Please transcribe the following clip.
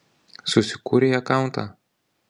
susikūrei akauntą